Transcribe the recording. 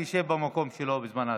שישב במקום שלו בזמן ההצבעה.